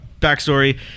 backstory